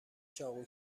چاقو